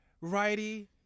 Righty